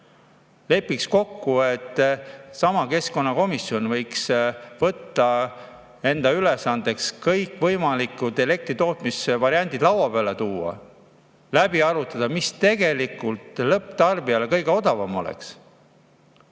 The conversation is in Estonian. Lepiks kokku, et keskkonnakomisjon võtab enda ülesandeks kõikvõimalikud elektri tootmise variandid lauale tuua ja läbi arutada, mis tegelikult lõpptarbijale kõige odavam oleks.